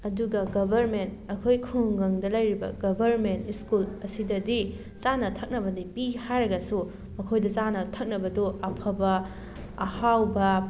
ꯑꯗꯨꯒ ꯒꯕꯔꯃꯦꯟ ꯑꯩꯈꯣꯏ ꯈꯨꯡꯒꯪꯗ ꯂꯩꯔꯤꯕ ꯒꯕꯔꯃꯦꯟ ꯁ꯭ꯀꯨꯜ ꯑꯁꯤꯗꯗꯤ ꯆꯥꯅ ꯊꯛꯅꯕꯗꯤ ꯄꯤ ꯍꯥꯏꯔꯒꯁꯨ ꯃꯈꯣꯏꯗ ꯆꯥꯅ ꯊꯛꯅꯕꯗꯣ ꯑꯐꯕ ꯑꯍꯥꯎꯕ